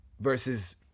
versus